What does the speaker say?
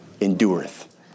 endureth